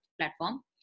platform